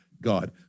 God